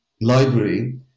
library